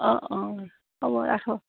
অঁ অঁ হ'ব ৰাখো